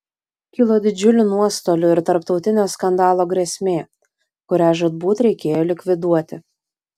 kilo didžiulių nuostolių ir tarptautinio skandalo grėsmė kurią žūtbūt reikėjo likviduoti